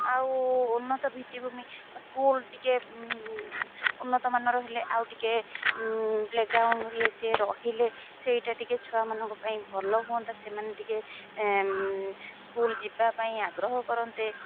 ଆଉ ଉନ୍ନତ ଭିତ୍ତିଭୂମି ସ୍କୁଲ ଟିକେ ଉନ୍ନତମାନର ହେଲେ ଆଉ ଟିକେ ପ୍ଲେଗ୍ରାଉଣ୍ଡ ଇଏ ସିଏ ରହିଲେ ସେଇଟା ଟିକେ ଛୁଆମାନଙ୍କ ପାଇଁ ଭଲ ହୁଅନ୍ତା ସେମାନେ ଟିକେ ସ୍କୁଲ ଯିବା ପାଇଁ ଆଗ୍ରହ କରନ୍ତେ